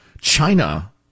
China